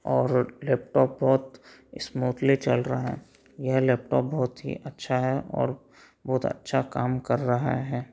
और लैपटॉप बहुत स्मूथली चल रहा है यह लैपटॉप बहुत ही अच्छा है और बहुत अच्छा काम कर रहा है